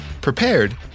prepared